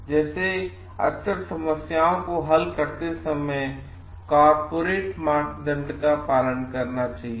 तो जैसे अक्सर समस्याओं को हल करते समय कॉरपोरेट मानदंड का पालन किया जाना चाहिए